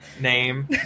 name